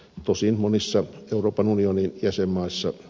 tosin monissa euroopan unionin jäsenmaassa